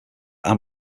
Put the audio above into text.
anne